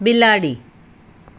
બિલાડી